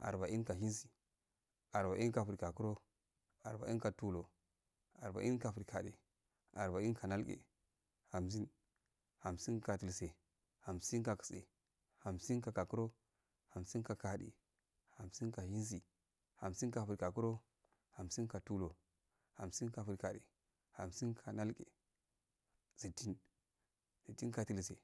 arba in go shensi, arba'in gi frigakuro, arbəin go tolur, arbəin go frogade, arbain go nalge hamsin, hasi go dulse, hamsin go tse hamsingo gokuro, hamsin go gode, hamsin go shesi, humsin go frigakuro, hamsin go tulur hamsin go frigade, hamsin go nalge, sittin, siitting dultse.